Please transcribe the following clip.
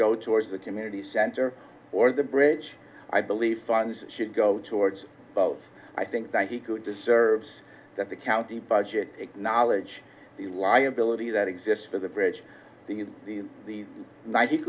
go towards the community center or the bridge i believe funds should go towards both i think that he could deserves that the county budget acknowledge the liability that exists for the bridge the the the ninet